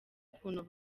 ukuntu